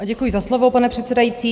Děkuji za slovo, pane předsedající.